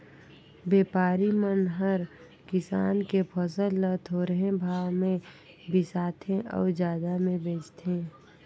बेपारी मन हर किसान के फसल ल थोरहें भाव मे बिसाथें अउ जादा मे बेचथें